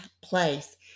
place